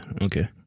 okay